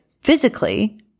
physically